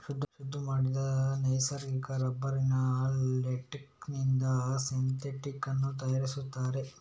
ಶುದ್ಧ ಮಾಡಿದ ನೈಸರ್ಗಿಕ ರಬ್ಬರಿನ ಲೇಟೆಕ್ಸಿನಿಂದ ಸಿಂಥೆಟಿಕ್ ಅನ್ನು ತಯಾರಿಸ್ತಾರೆ